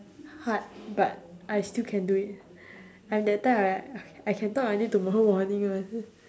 hard but I still can do it I'm that type like I can talk until tomorrow morning [one]